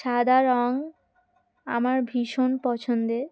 সাদা রঙ আমার ভীষণ পছন্দের